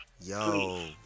Yo